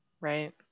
Right